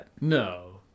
No